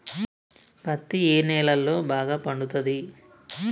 పత్తి ఏ నేలల్లో బాగా పండుతది?